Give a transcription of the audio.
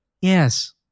Yes